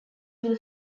will